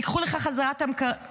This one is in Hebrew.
ייקחו לך חזרה את המקררים.